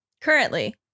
currently